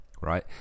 right